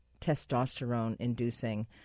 testosterone-inducing